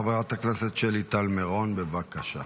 חברת הכנסת שלי טל מירון, בבקשה.